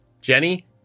Jenny